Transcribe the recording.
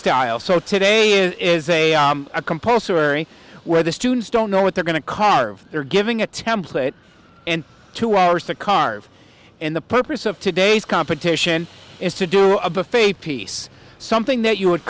style so today it is a a compulsory where the students don't know what they're going to carve they're giving a template and two hours to carve and the purpose of today's competition is to do a buffet piece something that you would